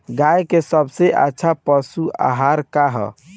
गाय के सबसे अच्छा पशु आहार का ह?